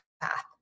path